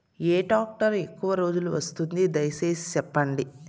ఏ tractor ఎక్కువగా రోజులు వస్తుంది, దయసేసి చెప్పండి?